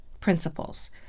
principles